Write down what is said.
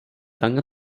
langer